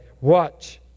Watch